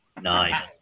nice